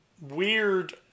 weird